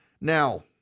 Now